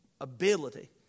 ability